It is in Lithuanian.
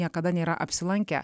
niekada nėra apsilankę